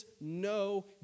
no